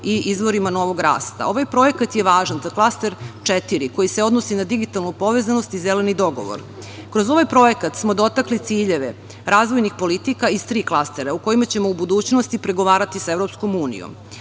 i izvorima novog rasta. Ovaj projekat je važan za klaster 4, koji se odnosi na digitalnu povezanost i zeleni dogovor. Kroz ovaj projekat smo dotakli ciljeve razvojnih politika iz tri klastera o kojima ćemo u budućnosti pregovarati sa